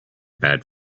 bad